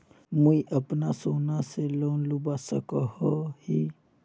मुई अपना सोना से लोन लुबा सकोहो ही?